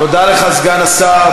תודה לך, סגן השר.